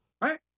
right